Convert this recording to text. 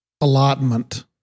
allotment